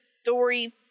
story